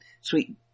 Sweet